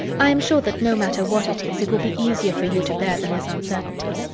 i am sure that no matter what it is, it will be easier for you to bear than this uncertainty.